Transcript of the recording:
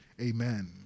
amen